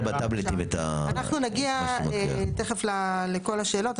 אנחנו נגיע תכף לכל השאלות.